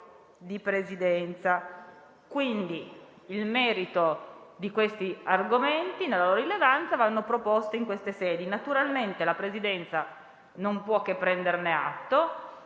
di Presidenza. Pertanto, il merito di questi argomenti, per la loro rilevanza, va discusso in queste sedi. Naturalmente la Presidenza non può che prenderne atto